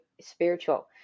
spiritual